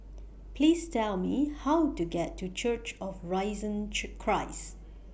Please Tell Me How to get to Church of Risen Christ